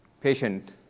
patient